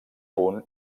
punt